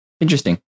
Interesting